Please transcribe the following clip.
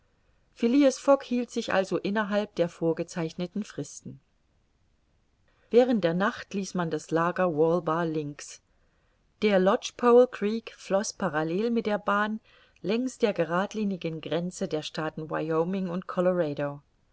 fogg hielt sich also innerhalb der vorgezeichneten fristen während der nacht ließ man das lager walbah links der lodgepole creek floß parallel mit der bahn längs der geradlinigen grenze der staaten wyoming und